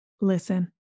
listen